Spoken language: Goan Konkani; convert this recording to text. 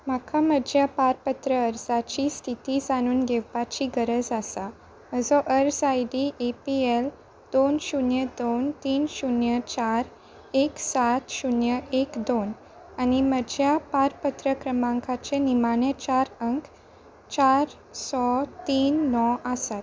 म्हाका म्हज्या पारपत्र अर्जाची स्थिती जाणून घेवपाची गरज आसा म्हजो अर्ज I D A P L दोन शुन्य दोन तीन शुन्य चार एक सात शुन्य एक दोन आनी म्हज्या पारपत्र क्रमांकाचें निमाणें चार अंक चार स तीन णव आसात